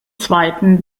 zweiten